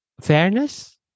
fairness